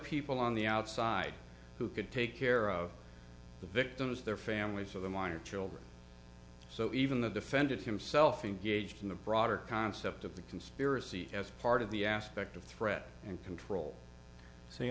people on the outside who could take care of the victims their families of the minor children so even the defendant himself and gauged in the broader concept of the conspiracy as part of the aspect of threat and control s